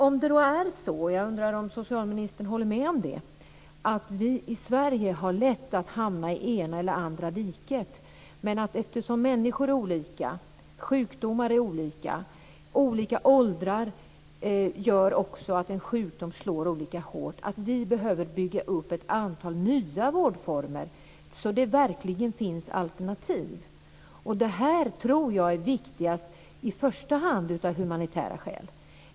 Håller socialministern med om att vi i Sverige har lätt att hamna i det ena eller det andra diket, men eftersom människor är olika, sjukdomar är olika, olika åldrar gör att sjukdom slår olika hårt, behöver vi bygga upp ett antal nya vårdformer så att det verkligen finns alternativ? Detta är viktigt i första hand av humanitära skäl.